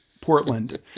portland